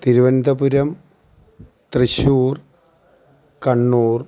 Thiruvananthapuram Thrissur Kannur